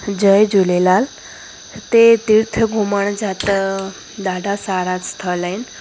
जय झूलेलाल हिते तीर्थ घुमण जा त ॾाढा सारा स्थल आहिनि